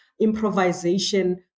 Improvisation